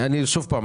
אני אעביר את המסר.